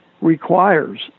requires